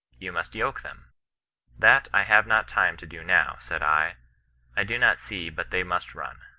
you must yoke them that i have not time to do now said i i do not see but they must run